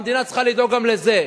המדינה צריכה לדאוג גם לזה.